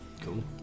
Cool